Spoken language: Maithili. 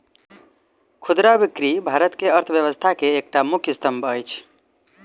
खुदरा बिक्री भारत के अर्थव्यवस्था के एकटा मुख्य स्तंभ अछि